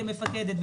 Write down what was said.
כמפקדת,